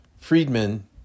Friedman